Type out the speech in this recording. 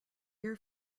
here